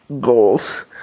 goals